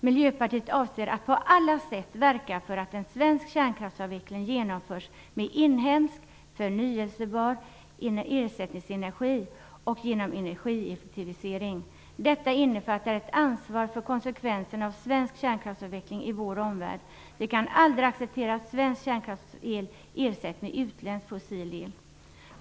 Miljöpartiet avser att på alla sätt verka för att en svensk kärnkraftsavveckling genomförs med inhemsk förnybar ersättningsenergi och genom energieffektiviseringar. Detta innefattar ett ansvar för konsekvenserna av svensk kärnkraftsavveckling i vår omvärld. Vi kan aldrig acceptera att svensk kärnkraftsel ersätts med utländsk fossil el.